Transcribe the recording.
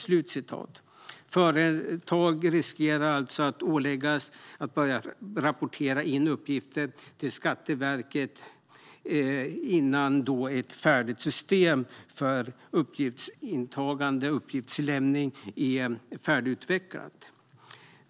Det finns alltså risk att företag åläggs att börja rapportera in uppgifter till Skatteverket innan ett system för uppgiftsinlämning är färdigutvecklat.